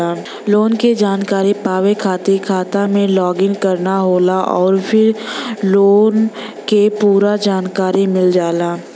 loan क जानकारी पावे खातिर खाता में लॉग इन करना होला आउर फिर लोन क पूरा जानकारी मिल जाला